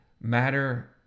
matter